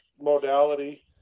modality